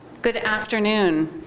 good afternoon.